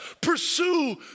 Pursue